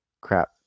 crap